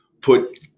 put